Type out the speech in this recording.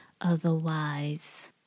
Otherwise